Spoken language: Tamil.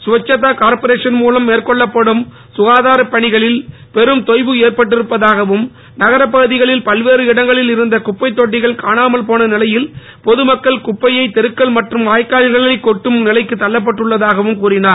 ஸ்வச்சதா கார்ப்பரேசன் மூலம் மேற்கொள்ளப்படும் சுகாதாரப் பணிகளில் பெரும் தொய்வு ஏற்பட்டிருப்பதாகவும் நகரப் பகுதிகளில் பல்வேறு இடங்களில் இருந்த குப்பைத் தொட்டிகள் காணாமல் போன நிலையில் பொது மக்கள் குப்பையை தெருக்கள் மற்றும் வாய்க்கால்களில் கொட்டும் நிலைக்கு தள்ளப்பட்டுள்ளதாகவும் கூறினார்